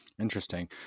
Interesting